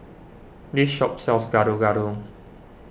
this shop sells Gado Gado